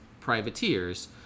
privateers